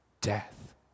death